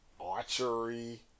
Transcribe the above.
archery